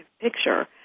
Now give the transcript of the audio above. picture